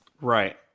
right